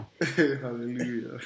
hallelujah